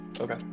Okay